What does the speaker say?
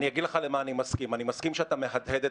אני אגיד לך למה אני מסכים: אני מסכים שאתה מהדהד את